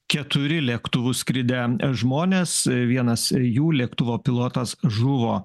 keturi lėktuvu skridę žmonės vienas jų lėktuvo pilotas žuvo